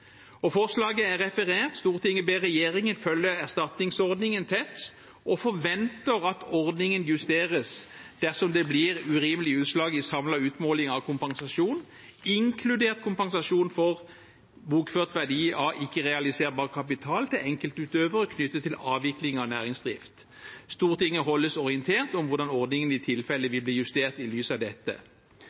rettferdige. Forslaget refereres: «Stortinget ber regjeringen følge erstatningsordningen tett, og forventer at ordningen justeres dersom det blir urimelige utslag i samlet utmåling av kompensasjon, inkludert kompensasjonen for bokført verdi av ikke-realiserbar kapital, til enkeltutøvere knyttet til avvikling av næringsdriften. Stortinget holdes orientert om hvordan ordningen i tilfelle vil bli justert i lys av dette.»